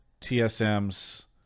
TSM's